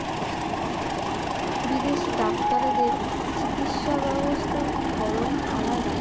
বিদেশি ডাক্তারেদের চিকিৎসা ব্যবস্থা ধরন আলাদা